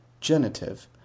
genitive